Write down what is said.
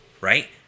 Right